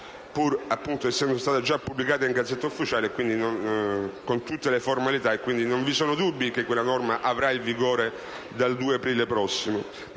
pur essendo stata pubblicata in *Gazzetta Ufficiale* con tutte le formalità e non essendovi dubbi che quella norma entrerà in vigore dal 2 aprile prossimo.